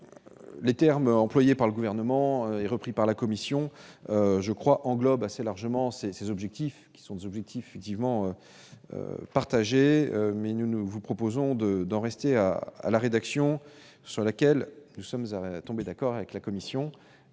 le terme employé par le gouvernement et repris par la Commission, je crois, englobe assez largement ces ces objectifs, qui sont des objectifs effectivement partagée mais nous, nous vous proposons de d'en rester à la rédaction, sur laquelle nous sommes arrivés à tomber d'accord avec la commission,